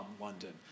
London